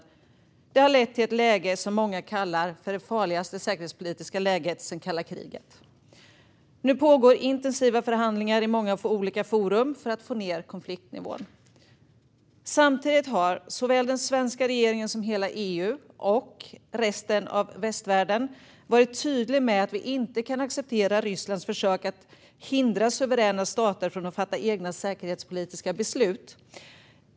Detta har lett till ett läge som många kallar det farligaste säkerhetspolitiska läget sedan kalla kriget. Nu pågår intensiva förhandlingar i många olika forum för att få ned konfliktnivån. Samtidigt har såväl den svenska regeringen som hela EU och resten av västvärlden varit tydliga med att vi inte kan acceptera Rysslands försök att hindra suveräna stater från att fatta egna säkerhetspolitiska beslut.